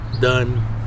done